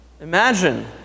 Imagine